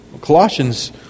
Colossians